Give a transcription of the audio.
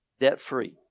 debt-free